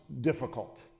difficult